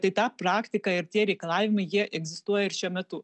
tai ta praktika ir tie reikalavimai jie egzistuoja ir šiuo metu